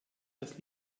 das